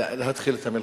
המלחמה.